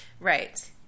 Right